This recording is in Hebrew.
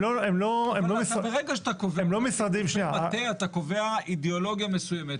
אתה קובע אידיאולוגיה מסוימת,